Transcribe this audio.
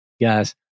guys